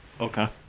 Okay